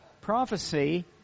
Prophecy